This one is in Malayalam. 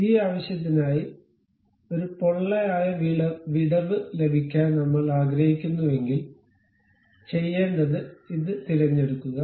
അതിനാൽ ഈ ആവശ്യത്തിനായി ഒരു പൊള്ളയായ വിടവ് ലഭിക്കാൻ നമ്മൾ ആഗ്രഹിക്കുന്നുവെങ്കിൽ ചെയ്യേണ്ടത് ഇത് തിരഞ്ഞെടുക്കുക